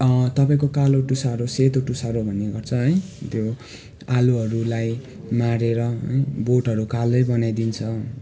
तपाईँको कालो तुसारो सेतो तुसारो भन्ने गर्छ है त्यो आलुहरूलाई मारेर बोटहरू कालै बनाइदिन्छ